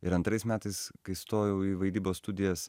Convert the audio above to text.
ir antrais metais kai stojau į vaidybos studijas